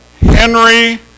Henry